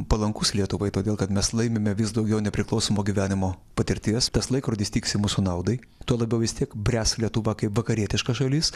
palankus lietuvai todėl kad mes laimime vis daugiau nepriklausomo gyvenimo patirties tas laikrodis tiksi mūsų naudai tuo labiau vis tiek bręs lietuva kaip vakarietiška šalis